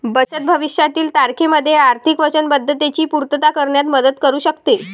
बचत भविष्यातील तारखेमध्ये आर्थिक वचनबद्धतेची पूर्तता करण्यात मदत करू शकते